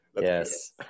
Yes